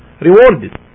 rewarded